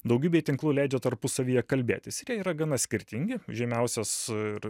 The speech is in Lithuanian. daugybei tinklų leidžia tarpusavyje kalbėtis yra gana skirtingi žymiausias ir